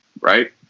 right